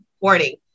warning